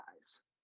guys